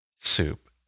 soup